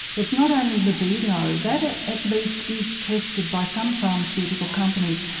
it's not only libido that at at least is tested by some pharmaceutical companies.